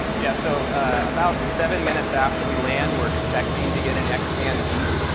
yeah, so about seven minutes after we land, we're expecting to get an x-band beep.